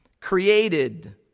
created